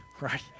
right